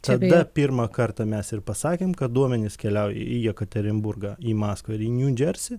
tada pirmą kartą mes ir pasakėm kad duomenys keliauja į jekaterinburgą į maskvą ir į niu džersį